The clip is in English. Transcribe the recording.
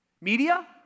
Media